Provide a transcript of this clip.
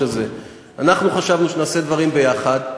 אנחנו חשבנו שנעשה דברים ביחד,